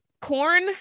corn